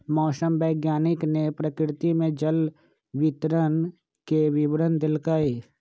मौसम वैज्ञानिक ने प्रकृति में जल के वितरण के विवरण देल कई